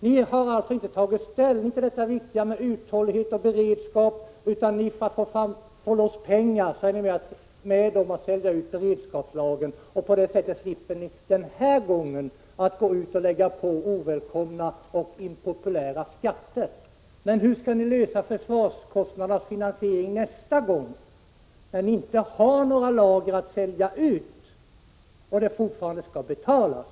Ni har alltså inte tagit ställning till de viktiga frågorna om uthållighet och beredskap, utan för att få loss pengar är ni med om att sälja ut beredskapslagren. Ni slipper på det sättet — åtminstone den här gången — lägga på folk ovälkomna och impopulära skatter. Men hur skall ni lösa finansieringen av försvarskostnaderna nästa gång, när ni inte har några lager att sälja ut och kostnaderna fortfarande skall betalas?